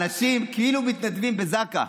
אנשים כאילו מתנדבים בזק"א.